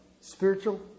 spiritual